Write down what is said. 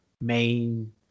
main